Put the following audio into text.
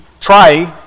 try